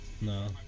No